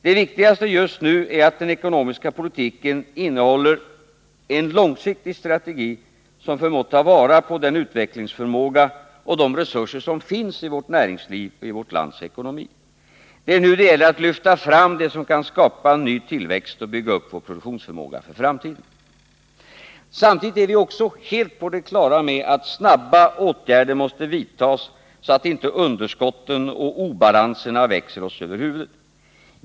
Det viktigaste just nu är att den ekonomiska politiken innehåller en långsiktig strategi, som förmår ta vara på den utvecklingsförmåga och de resurser som finns i vårt näringsliv och i vårt lands ekonomi. Det är nu det gäller att lyfta fram det som kan skapa ny tillväxt, bygga upp vår produktionsförmåga för framtiden. Vi är helt på det klara med att snabba åtgärder samtidigt måste vidtas, så att inte underskotten och obalanserna växer oss över huvudet.